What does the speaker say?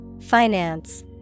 Finance